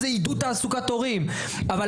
לכן אנחנו מקבלים את הדור השלישי,